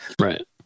Right